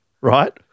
right